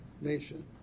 nation